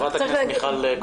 חברת הכנסת מיכל קוטלר-וונש,